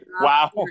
Wow